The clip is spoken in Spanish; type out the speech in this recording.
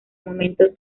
momento